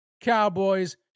Cowboys